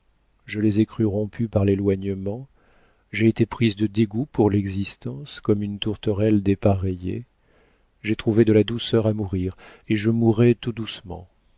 je les ai crus rompus par l'éloignement j'ai été prise de dégoût pour l'existence comme une tourterelle dépareillée j'ai trouvé de la douceur à mourir et je mourais tout doucettement